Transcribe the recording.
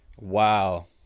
Wow